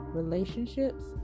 relationships